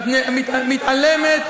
ולכן, כניסה לערבים